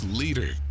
leader